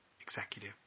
executive